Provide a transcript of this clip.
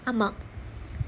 ஆமா:aamaa